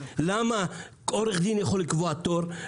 למה עורך דין יכול לקבוע תור?